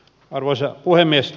arvoisa puhemies